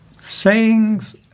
Sayings